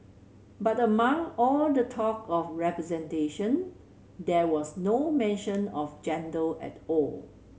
but among all the talk of representation there was no mention of gender at all